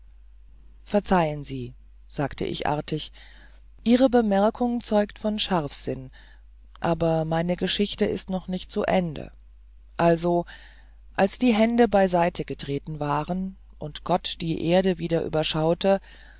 verzeihen sie sagte ich artig ihre bemerkung zeugt von scharfsinn aber meine geschichte ist noch nicht zu ende also als die hände beiseite getreten waren und gott die erde wieder